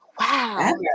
Wow